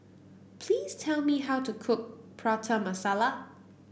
please tell me how to cook Prata Masala